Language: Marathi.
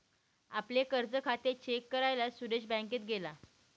आपले कर्ज खाते चेक करायला सुरेश बँकेत गेला